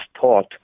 thought